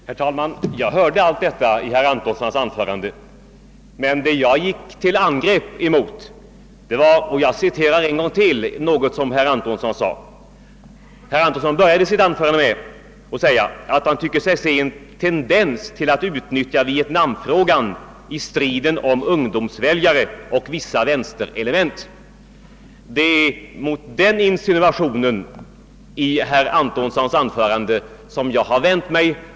Herr talman! Jag hörde allt detta i herr Antonssons anförande. Men vad jag gick till angrepp mot var att herr Antonsson började sitt anförande med att säga, att han tyckte sig se en tendens till att utnyttja Vietnamfrågan i striden om ungdomsväljare och vissa vänsterelement. Det är mot den insinuationen i herr Antonssons anförande som jag har vänt mig.